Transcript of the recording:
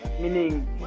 meaning